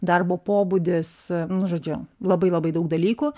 darbo pobūdis nu žodžiu labai labai daug dalykų